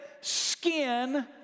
skin